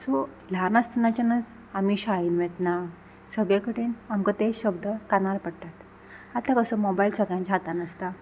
so ल्हान आसतनाच्यानच आमी शाळेन वेतना सगळे कडेन आमकां ते शब्द कानार पडटात आतां कसो मोबायल सगळ्यांच्या हातान आसता